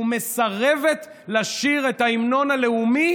ומסרבת לשיר את ההמנון הלאומי